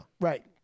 Right